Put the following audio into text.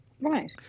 Right